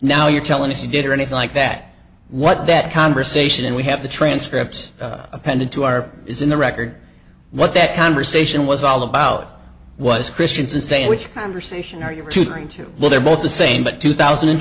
now you're telling us you did or anything like that what that conversation and we have the transcript appended to our is in the record what that conversation was all about was christians and saying which conversation are you to turn to but they're both the same but two thousand and